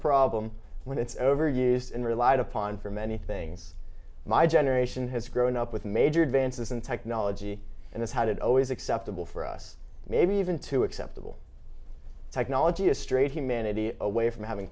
problem when it's overused and relied upon for many things my generation has grown up with major advances in technology and it's how did always acceptable for us maybe even to acceptable technology a straight humanity away from having